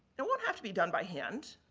it won't have to be done by hand.